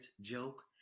joke